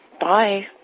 Bye